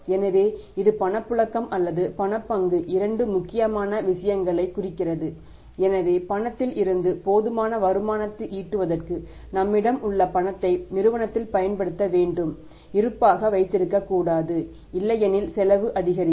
எனவே இது பணப்புழக்கம் அல்லது பணப் பங்கு 2 முக்கியமான விஷயங்களைக் குறிக்கிறது எனவே பணத்தில் இருந்து போதுமான வருமானத்தை ஈட்டுவதற்கு நம்மிடம் உள்ள பணத்தை நிறுவனத்தில் பயன்படுத்த வேண்டும் இருப்பாக வைத்திருக்கக்கூடாது இல்லையெனில் செலவு அதிகரிக்கும்